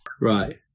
Right